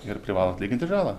ir privalo atlyginti žalą